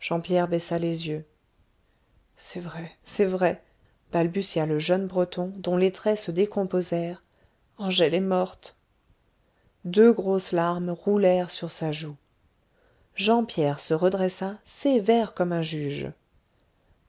jean pierre baissa les yeux c'est vrai c'est vrai balbutia le jeune breton dont les traits se décomposèrent angèle est morte deux grosses larmes roulèrent sur sa joue jean pierre se redressa sévère comme un juge